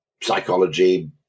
psychology